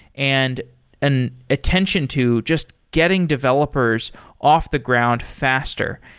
and an attention to just getting developers off the ground faster,